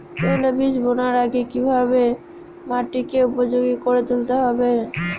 তৈলবীজ বোনার আগে কিভাবে মাটিকে উপযোগী করে তুলতে হবে?